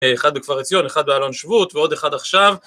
אחד בכפר עציון אחד באלון שבות ועוד אחד עכשיו